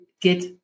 get